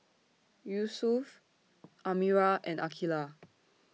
Yusuf Amirah and Aqilah